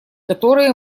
которые